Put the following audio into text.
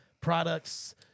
products